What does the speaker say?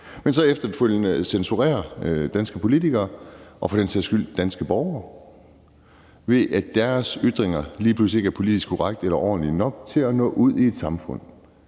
også efterfølgende danske politikere og for den sags skyld danske borgere, fordi deres ytringer lige pludselig ikke er politiske korrekte eller ordentlige nok til at nå ud i et samfund.